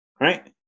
right